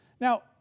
Now